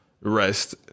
rest